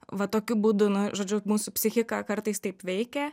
va tokiu būdu na žodžiu mūsų psichika kartais taip veikia